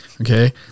okay